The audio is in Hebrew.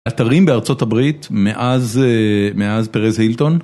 אתרים בארצות הברית מאז, מאז פריס הילטון.